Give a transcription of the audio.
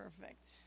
Perfect